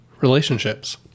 relationships